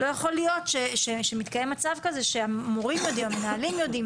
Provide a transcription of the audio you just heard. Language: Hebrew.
לא יכול להיות שמתקיים מצב כזה שהמורים והמנהלים יודעים